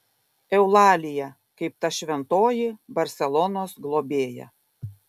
eulalija kaip ta šventoji barselonos globėja